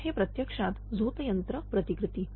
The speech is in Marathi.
तर हे प्रत्यक्षात झोत यंत्र प्रतिकृती